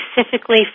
specifically